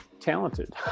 talented